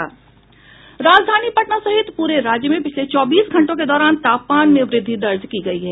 राजधानी पटना सहित पूरे राज्य में पिछले चौबीस घंटों के दौरान तापमान में वृद्धि दर्ज की गयी है